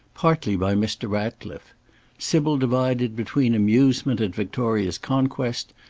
partly by mr. ratcliffe sybil divided between amusement at victoria's conquest,